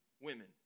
women